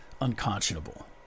unconscionable